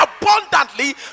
abundantly